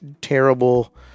terrible